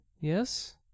yes